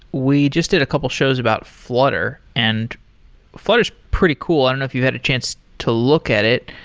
we just did a couple shows about flutter. and flutter flutter is pretty cool. i don't know if you've had a chance to look at it.